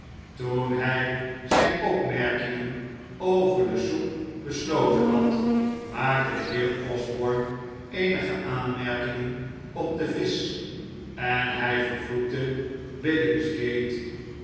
toen hij zijn opmerkingen over de soep besloten had maakte de heer osborne eenige aanmerkingen op de visch en hij vervloekte